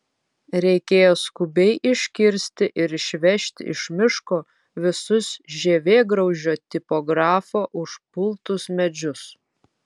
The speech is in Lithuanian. reikėjo skubiai iškirsti ir išvežti iš miško visus žievėgraužio tipografo užpultus medžius